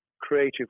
creative